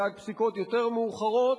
ועד פסיקות יותר מאוחרות,